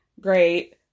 Great